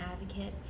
advocate